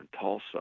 Tulsa